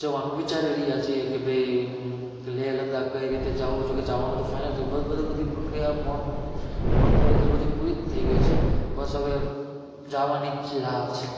જવાનું વિચારી રહ્યા છે કે ભાઈ લેહ લદાખ કઈ રીતે જાવું જો કે જવાનું તો ફાઇનલ છે બસ બધું બધી પ્રક્રિયા મહત્વની તો બધી પૂરી જ થઈ ગઈ છે બસ હવે જવાની જ રાહ છે